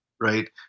Right